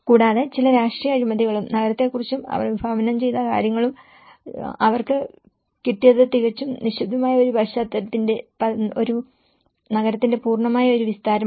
കൂടാതെ ചില രാഷ്ട്രീയ അഴിമതികളും നഗരത്തെക്കുറിച്ചും അവർ വിഭാവനം ചെയ്ത കാര്യങ്ങളും അവർക്ക് കിട്ടിയത് തികച്ചും നിശ്ശബ്ദമായ ഒരു നഗരത്തിന്റെ പൂർണ്ണമായ ഒരു വിസ്താരമാണ്